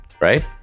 Right